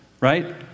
right